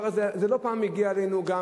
זה הגיע אלינו לא פעם,